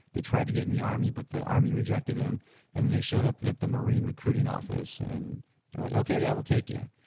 they try to get in the army, but the army rejected them and then they showed up that the marine recruiting office and they are like, okay i will take you. it